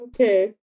Okay